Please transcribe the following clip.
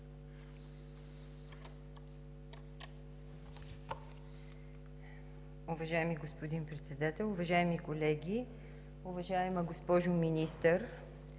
Уважаеми господин Председател, уважаеми колеги! Уважаема госпожо Министър,